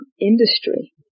industry